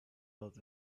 built